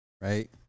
Right